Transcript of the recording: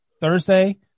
Thursday